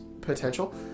potential